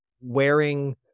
wearing